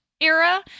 era